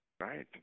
Right